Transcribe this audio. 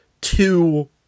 two